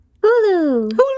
Hulu